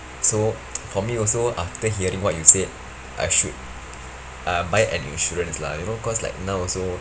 so for me also after hearing what you said I should uh buy an insurance lah you know cause like now also